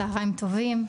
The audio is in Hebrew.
צוהריים טובים,